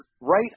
right